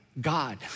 God